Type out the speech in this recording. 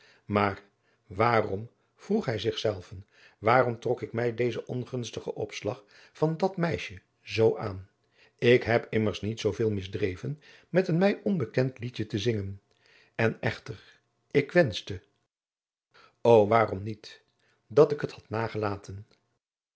maar waarom vroeg hij zich zelven waarom trok ik mij dezen ongunstigen opslag van dat meisje zoo aan ik heb immers niet zooveel misdreven met een mij onbekend liedje te zingen en echter ik wenschte o waarom niet dat ik het had nagelaten